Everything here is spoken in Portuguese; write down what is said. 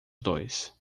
dois